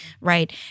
right